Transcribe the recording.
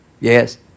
Yes